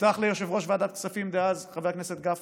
הובטח ליושב-ראש ועדת כספים דאז חבר הכנסת גפני,